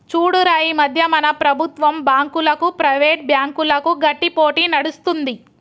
చూడురా ఈ మధ్య మన ప్రభుత్వం బాంకులకు, ప్రైవేట్ బ్యాంకులకు గట్టి పోటీ నడుస్తుంది